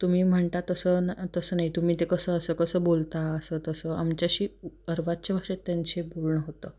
तुम्ही म्हणता तसं ना तसं नाही तुम्ही ते कसं असं कसं बोलता असं तसं आमच्याशी उ अर्वाच्य भाषेत त्यांचे बोलणं होतं